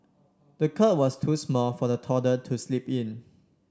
the cot was too small for the toddler to sleep in